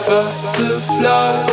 Butterfly